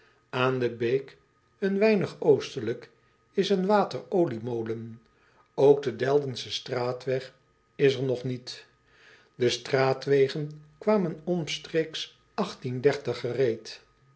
an de beek een weinig ostelijk is een water oliemolen ok de eldensche straatweg is er nog niet e straatwegen kwamen omstreeks gereed